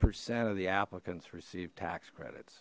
percent of the applicants receive tax credits